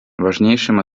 важнейшим